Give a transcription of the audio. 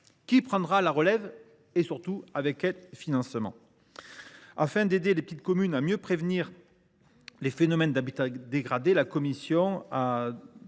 Qui prendra la relève ? Et surtout, avec quels financements ? Afin d’aider les petites communes à mieux prévenir les phénomènes d’habitat dégradé, la commission a